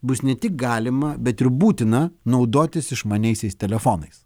bus ne tik galima bet ir būtina naudotis išmaniaisiais telefonais